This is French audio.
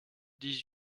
dix